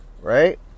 right